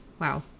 wow